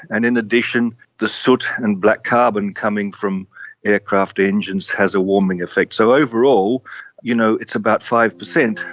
and in addition the soot and black carbon coming from aircraft engines has a warming effect. so overall you know it's about five percent,